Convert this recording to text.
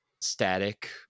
static